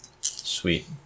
Sweet